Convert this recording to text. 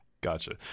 Gotcha